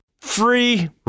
Free